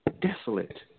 desolate